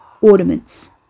Ornaments